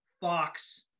Fox